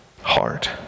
heart